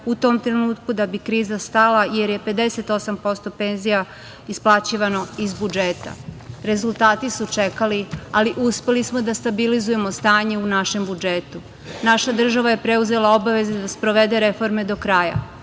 u tom trenutku da bi kriza stala, jer je 58% penzija isplaćivano iz budžeta. Rezultati su čekali, ali uspeli smo da stabilizujemo stanje u našem budžetu. Naša država je preuzela obaveze da sprovede reforme do kraja,